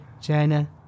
China